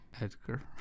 Edgar